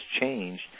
changed